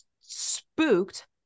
spooked